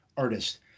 Artist